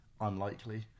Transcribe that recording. Unlikely